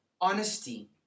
honesty